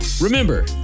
Remember